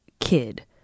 kid